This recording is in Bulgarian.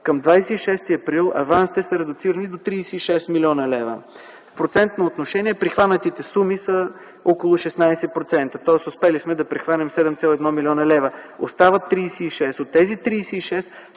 Към 26 април т.г. авансите са редуцирани до 36 млн. лв. В процентно отношение прихванатите суми са около 16%, тоест, успели сме да прихванем 7,1 млн. лв. Остават 36 млн. лв. От тези 36